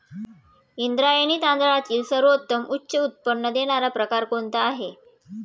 इंद्रायणी तांदळातील सर्वोत्तम उच्च उत्पन्न देणारा प्रकार कोणता आहे?